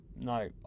No